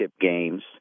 games